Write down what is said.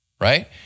right